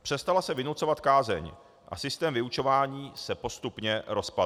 Přestala se vynucovat kázeň a systém vyučování se postupně rozpadl.